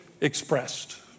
expressed